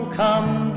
come